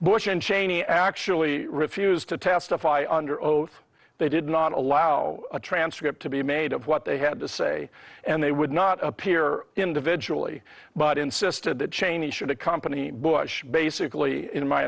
bush and cheney actually refused to testify under oath they did not allow a transcript to be made of what they had to say and they would not appear individually but insisted that cheney should accompany bush basically in my